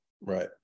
right